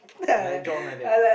like John like that